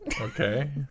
Okay